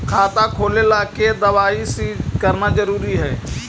खाता खोले ला के दवाई सी करना जरूरी है?